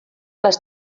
les